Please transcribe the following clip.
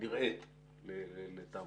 נראית לטעמכם?